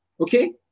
Okay